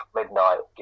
midnight